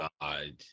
God